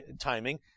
timing